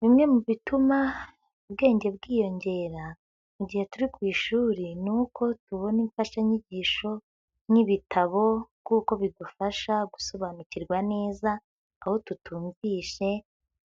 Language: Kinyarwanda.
Bimwe mu bituma ubwenge bwiyongera mu gihe turi ku ishuri ni uko tubona imfashanyigisho nk'ibitabo kuko bidufasha gusobanukirwa neza aho tutumvishe,